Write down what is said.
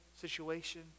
situation